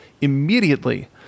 immediately